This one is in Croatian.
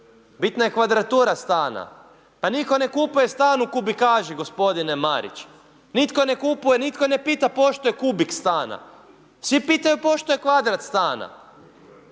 Bitna je kvadratura stana. Pa nitko ne kupuje stan u kubikaži, gospodine Marić. Nitko ne kupuje, nitko ne pita pošto je kubik stana. Svi pitaju pošto je kvadrat stana.